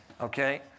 Okay